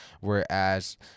Whereas